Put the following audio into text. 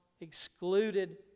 excluded